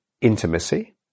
intimacy